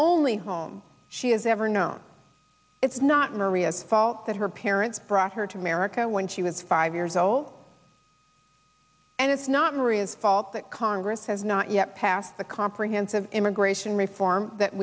only home she has ever known it's not maria's fault that her parents brought her to america when she was five years old and it's not maria's fault that congress has not yet passed the comprehensive immigration reform that